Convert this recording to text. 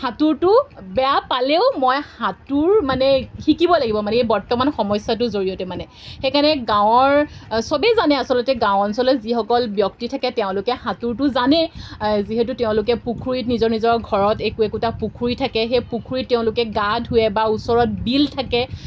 সাঁতোৰটো বেয়া পালেও মই সাঁতোৰ মানে শিকিবই লাগিব মানে এই বৰ্তমান সমস্যাটোৰ জৰিয়তে মানে সেইকাৰণে গাঁৱৰ চবেই জানে আচলতে গাঁও অঞ্চলত যিসকল ব্যক্তি থাকে তেওঁলোকে সাঁতোৰটো জানেই যিহেতু তেওঁলোকে পুখুৰীত নিজৰ নিজৰ ঘৰত একো একোটা পুখুৰী থাকে সেই পুখুৰীত তেওঁলোকে গা ধুৱে বা ওচৰত বিল থাকে